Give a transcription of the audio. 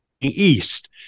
east